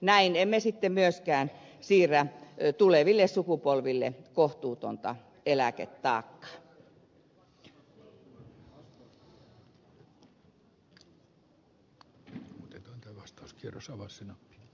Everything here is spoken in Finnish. näin emme sitten myöskään siirrä tuleville sukupolville kohtuutonta eläketaakkaa